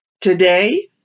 Today